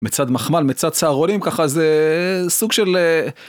מצד מחמל, מצד סהרונים ככה זה סוג של